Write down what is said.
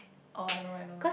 oh I know I know